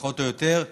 פחות או יותר: